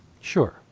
Sure